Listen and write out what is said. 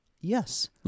Yes